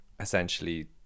Essentially